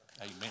Amen